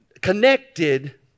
connected